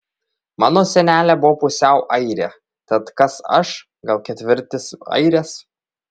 mano senelė buvo pusiau airė tad kas aš gal ketvirtis airės